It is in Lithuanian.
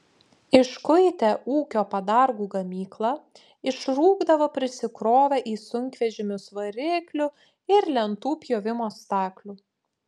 iškuitę ūkio padargų gamyklą išrūkdavo prisikrovę į sunkvežimius variklių ir lentų pjovimo staklių